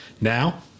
Now